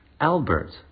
Albert